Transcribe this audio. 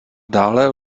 dále